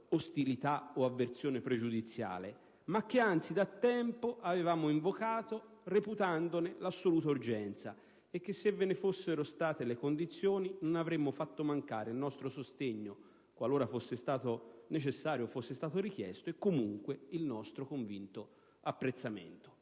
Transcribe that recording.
ostilità o avversione pregiudiziale, ma che anzi da tempo avevamo invocato, reputandone l'assoluta urgenza. Se ve ne fossero state le condizioni, non avremmo fatto mancare il nostro sostegno, qualora fosse stato necessario o fosse stato richiesto, e comunque il nostro convinto apprezzamento.